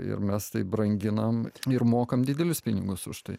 ir mes taip branginam ir mokam didelius pinigus už tai